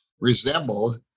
resembled